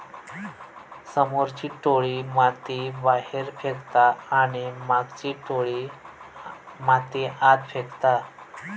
समोरची टोळी माती बाहेर फेकता आणि मागची टोळी माती आत फेकता